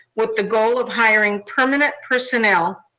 with the goal of hiring permanent personnel.